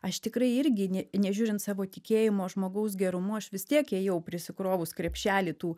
aš tikrai irgi ne nežiūrint savo tikėjimo žmogaus gerumu aš vis tiek ėjau prisikrovus krepšelį tų